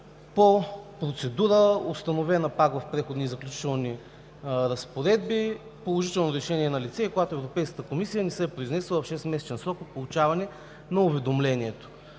по процедура, установена пак в Преходните и заключителни разпоредби. Положително решение е налице и когато Европейската комисия не се е произнесла в шестмесечен срок от получаване на уведомлението.